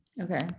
Okay